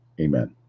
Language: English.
Amen